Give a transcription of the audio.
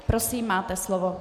Prosím, máte slovo.